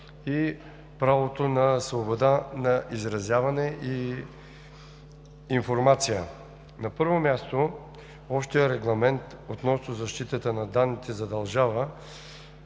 и правото на свобода на изразяване и информация. На първо място, Общият регламент относно защитата на данните задължава